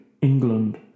England